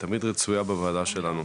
ותמיד רצויה בוועדה שלנו.